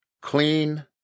clean